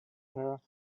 her